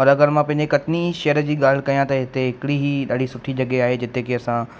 और अगरि मां पंहिंजे कटनी शहर जी ॻाल्हि कयां त हिते हिकिड़ी ई ॾाढी सुठी जॻहि आहे जिते कि असां